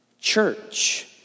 church